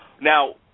Now